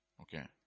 okay